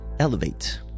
elevate